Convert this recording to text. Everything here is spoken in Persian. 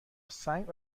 سنگ